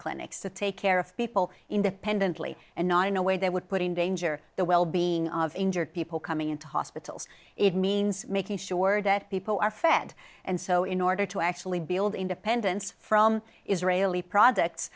clinics to take care of people independently and not in a way that would put in danger the well being of injured people coming into hospitals it means making sure that people are fed and so in order to actually build independence from israeli projects